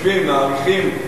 מעריכים,